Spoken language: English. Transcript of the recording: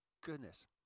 goodness